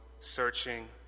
searching